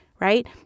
right